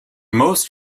most